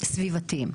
היבטים סביבתיים.